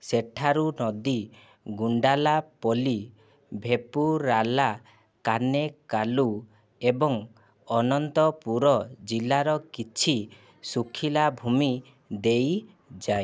ସେଠାରୁ ନଦୀ ଗୁଣ୍ଡାଲାପଲ୍ଲି ଭେପୁରାଲା କାନେ କାଲୁ ଏବଂ ଅନନ୍ତପୁର ଜିଲ୍ଲାର କିଛି ଶୁଖିଲାଭୂମି ଦେଇଯାଏ